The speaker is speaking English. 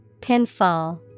Pinfall